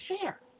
share